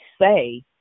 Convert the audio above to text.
say